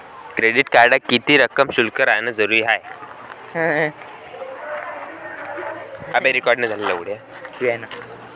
Credit कार्डात किती रक्कम शिल्लक राहानं जरुरी हाय?